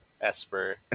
Esper